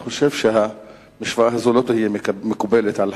אני חושב שהמשוואה הזאת לא תהיה מקובלת על